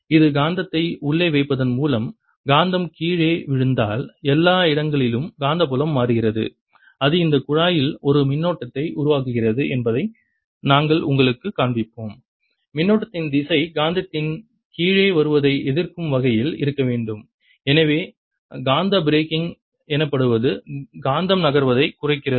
ஒரு காந்தத்தை உள்ளே வைப்பதன் மூலம் காந்தம் கீழே விழுந்தால் எல்லா இடங்களிலும் காந்தப்புலம் மாறுகிறது அது இந்த குழாயில் ஒரு மின்னோட்டத்தை உருவாக்குகிறது என்பதை நாங்கள் உங்களுக்குக் காண்பிப்போம் மின்னோட்டத்தின் திசை காந்தத்தின் கீழே வருவதை எதிர்க்கும் வகையில் இருக்க வேண்டும் எனவே காந்த பிரேக்கிங் எனப்படுவது காந்தம் நகர்வதை குறைக்கிறது